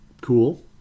Cool